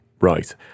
right